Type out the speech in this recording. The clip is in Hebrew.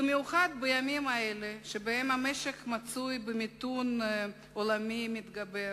במיוחד בימים אלו שבהם המשק מצוי במיתון עולמי מתגבר,